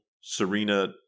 Serena